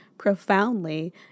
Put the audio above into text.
profoundly